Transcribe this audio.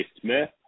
Smith